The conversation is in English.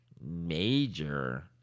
major